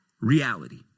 reality